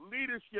leadership